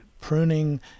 pruning